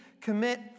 commit